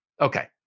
Okay